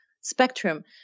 spectrum